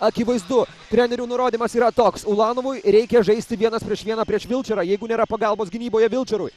akivaizdu trenerių nurodymas yra toks ulanovui reikia žaisti vienas prieš vieną prie vilčerą jeigu nėra pagalbos gynyboje vilčerui